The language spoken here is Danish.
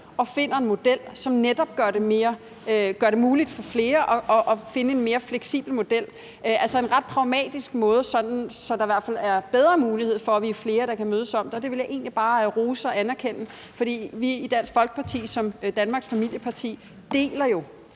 og finder en model, så det netop gør det muligt for flere at finde en mere fleksibel model. Altså, det er en ret pragmatisk måde, sådan at der i hvert fald er bedre mulighed for, at vi er flere, der kan mødes om det. Det vil jeg egentlig bare rose og anerkende, for vi i Dansk Folkeparti, Danmarks familieparti, deler jo